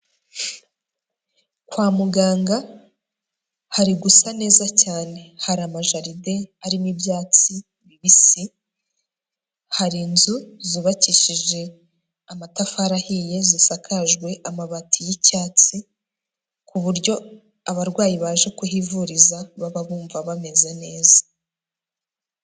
Kwa muganga hari gusa neza cyane. Hari amajaride arimo ibyatsi bibisi, hari inzu zubakishije amatafari ahiye zisakajwe amabati y'icyatsi, ku buryo abarwayi baje kuhivuriza baba bumva bameze neza.